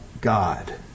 God